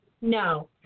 No